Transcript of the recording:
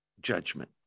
Judgment